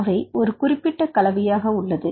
அவை ஒரு குறிப்பிட்ட கலவையாக உள்ளது